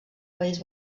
país